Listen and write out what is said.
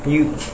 you